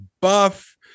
buff